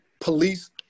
police